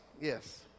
yes